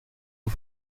aux